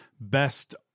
best